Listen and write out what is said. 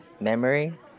Memory